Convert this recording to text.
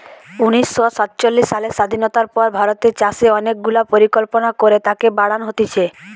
উনিশ শ সাতচল্লিশ সালের স্বাধীনতার পর ভারতের চাষে অনেক গুলা পরিকল্পনা করে তাকে বাড়ান হতিছে